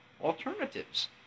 alternatives